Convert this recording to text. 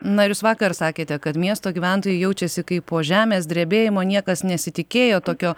na ir jūs vakar sakėte kad miesto gyventojai jaučiasi kaip po žemės drebėjimo niekas nesitikėjo tokio